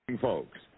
folks